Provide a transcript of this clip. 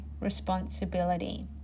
responsibility